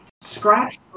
Scratch